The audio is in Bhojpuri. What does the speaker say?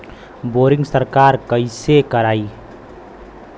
बोरिंग सरकार कईसे करायी?